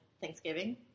Thanksgiving